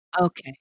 Okay